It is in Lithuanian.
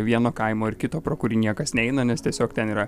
vieno kaimo ir kito pro kurį niekas neina nes tiesiog ten yra